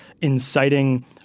inciting –